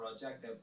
project